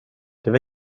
var